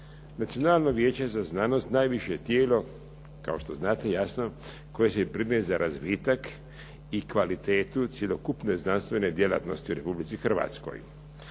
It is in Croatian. Nacionalno vijeće za znanost najviše je tijelo, kao što znate, jasno, koje se brine za razvitak i kvalitetu cjelokupne znanstvene djelatnosti u Republici Hrvatskoj.